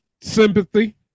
Sympathy